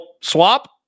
swap